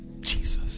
Jesus